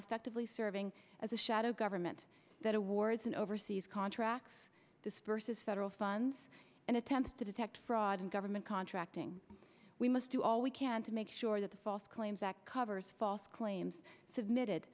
effectively serving as a shadow government that awards and oversees contracts this vs federal funds and attempts to detect fraud in government contracting we must do all we can to make sure that the false claims act covers false claims submitted